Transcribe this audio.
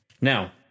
Now